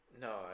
No